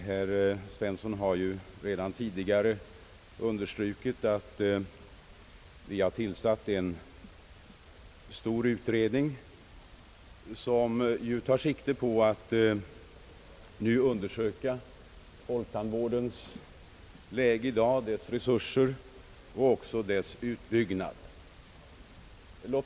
Herr Svensson har redan framhållit att vi har tillsatt en utredning som tar sikte på att undersöka folktandvårdens läge i dag, dess resurser och dess utbyggnad.